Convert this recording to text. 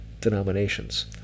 denominations